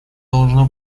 должно